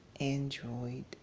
android